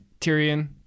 Tyrion